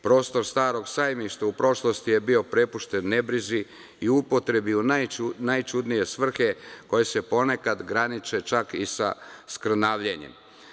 Prostor Starog sajmišta u prošlosti je bio prepušten nebrizi i upotrebi u najčudnije svrhe koje se ponekad graniče čak i sa skrnavljenjem.